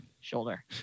shoulder